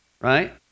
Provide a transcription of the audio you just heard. Right